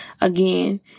again